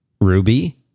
Ruby